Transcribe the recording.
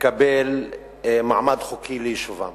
לקבל מעמד חוקי ליישובם